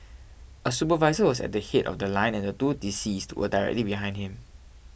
a supervisor was at the head of The Line and the two deceased were directly behind him